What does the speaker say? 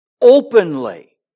openly